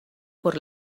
por